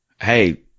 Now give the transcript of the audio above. Hey